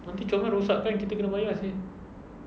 nanti comel rosakkan kita kena bayar seh